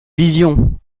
vision